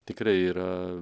tikrai yra